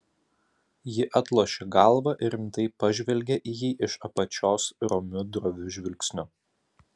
ji atlošė galvą ir rimtai pažvelgė į jį iš apačios romiu droviu žvilgsniu